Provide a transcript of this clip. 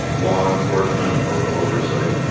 law enforcement or oversight.